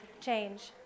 change